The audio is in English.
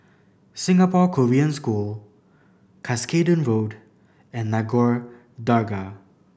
Singapore Korean School Cuscaden Road and Nagore Dargah